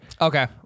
Okay